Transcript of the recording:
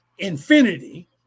infinity